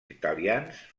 italians